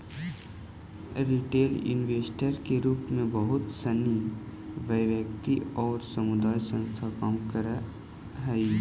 retail investor के रूप में बहुत सनी वैयक्तिक आउ सामूहिक संस्था काम करऽ हइ